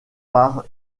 par